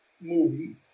movie